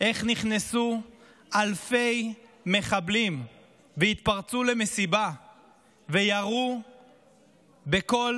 איך נכנסו אלפי מחבלים והתפרצו למסיבה וירו בכל